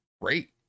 great